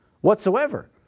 whatsoever